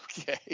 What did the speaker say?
okay